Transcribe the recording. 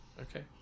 Okay